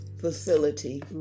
facility